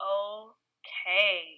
okay